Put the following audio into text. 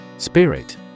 Spirit